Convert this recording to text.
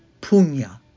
punya